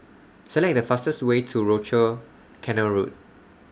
Select The fastest Way to Rochor Canal Road